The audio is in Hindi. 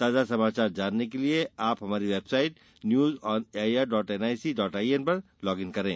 ताजा समाचार जानने के लिए आप हमारी website news on A I R dot N I C dot I N पर लॉग इन करें